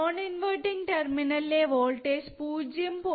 non inverting terminal ലെ voltage 0